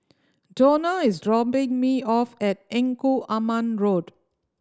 Dona is dropping me off at Engku Aman Road